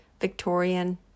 Victorian